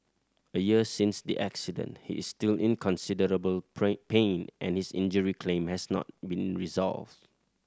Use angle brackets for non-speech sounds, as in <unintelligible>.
a year since the accident he is still in considerable <unintelligible> pain and his injury claim has not been resolved